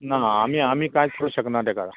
ना आमी आमी कांयच करूंक शकना तेका